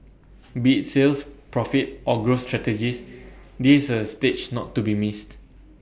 be IT sales profit or growth strategies this is A stage not to be missed